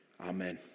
Amen